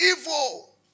Evil